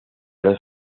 los